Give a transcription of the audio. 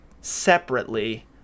separately